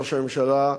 ראש הממשלה,